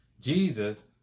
Jesus